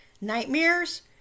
nightmares